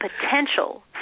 potential